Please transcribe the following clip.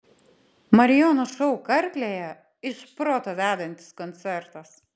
marijono šou karklėje iš proto vedantis koncertas